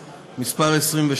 (תיקוני חקיקה להשגת יעדי התקציב) (תיקון מס' 16),